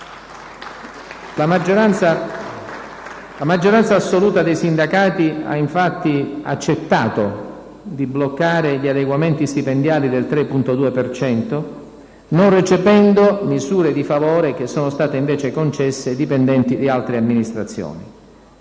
La maggioranza assoluta dei sindacati ha infatti accettato di bloccare gli adeguamenti stipendiali del 3,2 per cento, non recependo misure di favore che sono state invece concesse ai dipendenti di altre Amministrazioni,